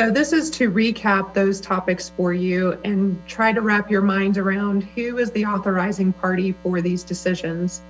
so this is to recap those topics for you and try to wrap your mind around who is the authorizing party for these decisions